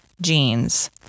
jeans